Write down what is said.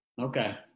Okay